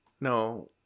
No